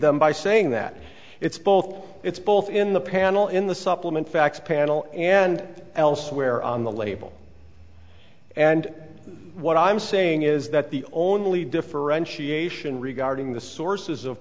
them by saying that it's both it's both in the panel in the supplement facts panel and elsewhere on the label and what i'm saying is that the only differentiation regarding the sources of